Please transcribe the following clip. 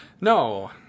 No